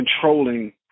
controlling